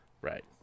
Right